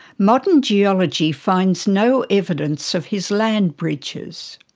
modern geology finds no evidence of his land bridges.